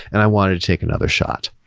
and i wanted to take another shot.